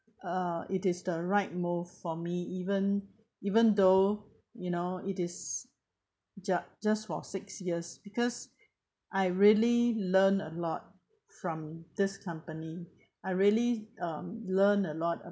uh it is the right move for me even even though you know it is jus~ just for six years because I really learn a lot from this company I really um learn a lot a~